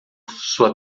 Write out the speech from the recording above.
sua